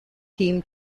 team